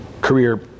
career